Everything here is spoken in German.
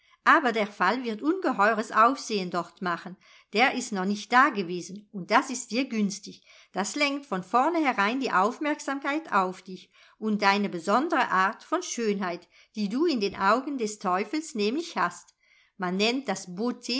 aber der fall wird ungeheures aufsehen dort machen der ist noch nicht dagewesen und das ist dir günstig das lenkt von vornherein die aufmerksamkeit auf dich und deine besondere art von schönheit die du in den augen des teufels nämlich hast man nennt das